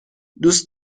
دوست